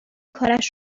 کارش